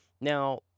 now